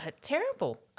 Terrible